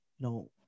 no